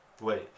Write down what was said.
Wait